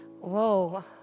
Whoa